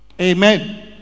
Amen